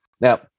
Now